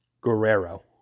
Guerrero